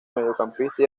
mediocampista